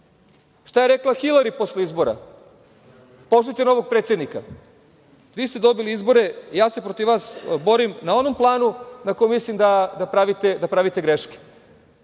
Šta je rekla Hilari posle izbora? Poštujte novog predsednika. Vi ste dobili izbore. Ja se protiv vas borim na onom planu na kojem mislim da pravite greške,